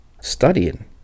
studying